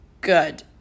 good